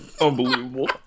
Unbelievable